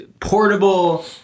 portable